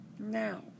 Now